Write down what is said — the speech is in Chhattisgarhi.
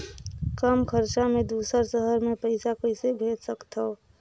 कम खरचा मे दुसर शहर मे पईसा कइसे भेज सकथव?